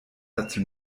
dazu